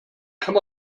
kann